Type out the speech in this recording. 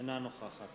אינה נוכחת